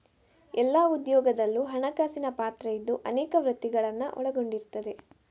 ಎಲ್ಲಾ ಉದ್ಯೋಗದಲ್ಲೂ ಹಣಕಾಸಿನ ಪಾತ್ರ ಇದ್ದು ಅನೇಕ ವೃತ್ತಿಗಳನ್ನ ಒಳಗೊಂಡಿರ್ತದೆ